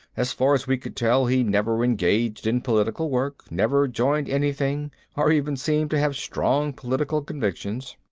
as far as we could tell he never engaged in political work, never joined anything or even seemed to have strong political convictions.